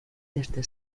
desde